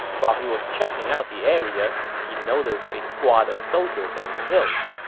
while he was checking out the area, he noticed a squad of soldiers on the hills.